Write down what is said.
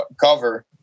cover